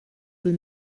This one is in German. will